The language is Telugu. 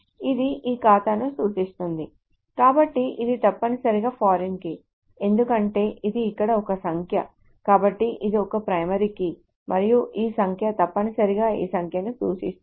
ఇది ఈ ఖాతాను సూచిస్తుంది కాబట్టి ఇది తప్పనిసరిగా ఫారిన్ కీ ఎందుకంటే ఇది ఇక్కడ ఒక సంఖ్య కాబట్టి ఇది ఒక ప్రైమరీ కీ మరియు ఈ సంఖ్య తప్పనిసరిగా ఈ సంఖ్యను సూచిస్తుంది